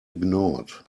ignored